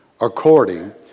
according